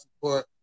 support